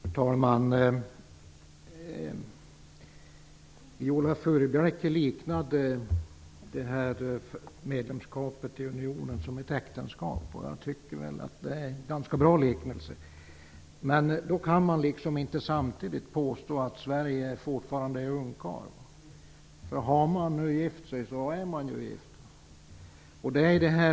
Fru talman! Viola Furubjelke liknade medlemskapet i Europeiska unionen vid ett äktenskap. Jag tycker att det är en ganska bra liknelse. Men då kan man inte samtidigt påstå att Sverige fortfarande är ungkarl. Om man har gift sig så är man gift.